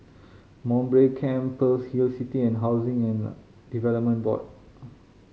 Mowbray Camp Pearl's Hill City and Housing and Development Board